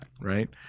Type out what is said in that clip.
right